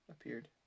appeared